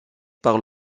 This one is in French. par